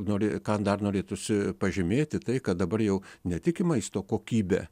nori ką dar norėtųsi pažymėti tai kad dabar jau ne tik į maisto kokybę